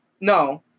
no